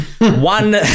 one